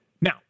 Now